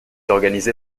organisé